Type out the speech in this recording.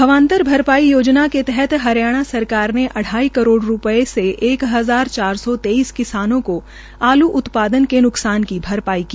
भावांतर भरपाई योजना के तहत हरियाणा सरकार ने अढ़ाई करोड़ रूपये से एक हजार चार सौ तेईस किसानों को आलू उत्पादन के अन्मान की भरपाई की